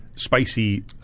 Spicy